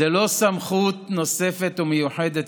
זו לא סמכות נוספת ומיוחדת,